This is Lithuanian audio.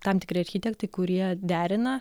tam tikri architektai kurie derina